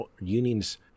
unions